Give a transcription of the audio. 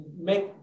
make